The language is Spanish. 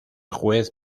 juez